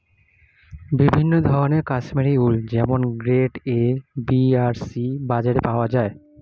বিভিন্ন ধরনের কাশ্মীরি উল যেমন গ্রেড এ, বি আর সি বাজারে পাওয়া যায়